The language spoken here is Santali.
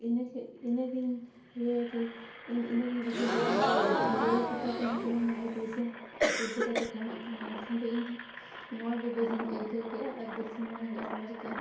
ᱤᱱᱟᱹᱜᱮ ᱤᱱᱟᱹᱜᱤᱧ ᱤᱭᱟᱹᱭᱟ ᱠᱤ ᱤᱧ ᱤᱱᱟᱹᱜᱤᱧ ᱩᱭᱦᱟᱹᱨᱟ ᱠᱤ ᱱᱚᱜᱼᱚᱸᱭ ᱡᱮᱨᱮᱲ ᱯᱚᱛᱟᱣ ᱛᱮᱦᱚᱸ ᱡᱮᱢᱚᱱ ᱱᱚᱜᱼᱚᱸᱭ ᱯᱩᱭᱥᱟᱹ ᱯᱩᱭᱥᱟᱹ ᱴᱟᱠᱟ ᱠᱟᱢᱟᱜ ᱠᱟᱱᱟ ᱮᱱᱠᱷᱟᱱ ᱫᱚ ᱤᱧ ᱫᱚ ᱱᱚᱣᱟ ᱜᱮ ᱵᱮᱥᱤᱧ ᱟᱹᱭᱠᱟᱹᱣ ᱠᱮᱜᱼᱟ ᱟᱨ ᱵᱮᱥᱤᱧ ᱱᱚᱣᱟᱧ ᱟᱯᱱᱟᱨ ᱠᱮᱜᱼᱟ